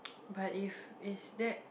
but if is that